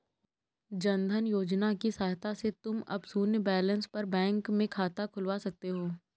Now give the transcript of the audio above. जन धन योजना की सहायता से तुम अब शून्य बैलेंस पर बैंक में खाता खुलवा सकते हो